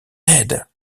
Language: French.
aide